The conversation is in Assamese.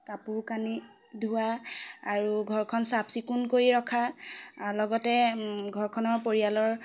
কাপোৰ কানি ধোৱা আৰু ঘৰখন চাফ চিকুণ কৰি ৰখা লগতে ঘৰখনৰ পৰিয়ালৰ